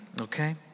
okay